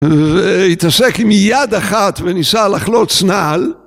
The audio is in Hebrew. והתעסק עם יד אחת וניסה לחלוץ נעל